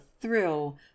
thrill